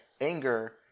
anger